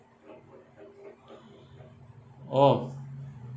orh